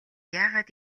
яагаад